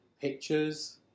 pictures